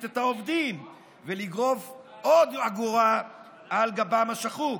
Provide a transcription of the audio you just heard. גם את העובדים ולגרוף עוד אגורה על גבם השחוק?